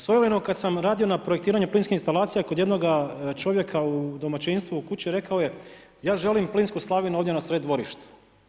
Svojevremeno kad sam radio na projektiranju plinskih instalacija kod jednoga čovjeka u domaćinstvu u kući rekao je ja želim plinsku slavinu ovdje na sred dvorišta.